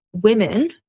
women